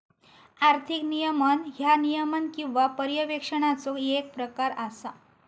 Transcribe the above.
आर्थिक नियमन ह्या नियमन किंवा पर्यवेक्षणाचो येक प्रकार असा